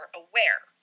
aware